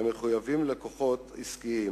לקוחות עסקיים